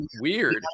weird